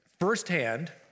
firsthand